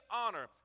honor